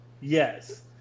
Yes